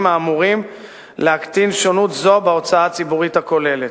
האמורים להקטין שונות זו בהוצאה הציבורית הכוללת.